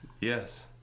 Yes